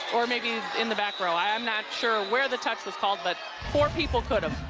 or maybe in the back row i'm not sure where the touch wascalled, but four people could